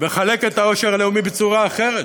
ולחלק את העושר הלאומי בצורה אחרת,